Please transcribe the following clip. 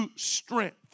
Strength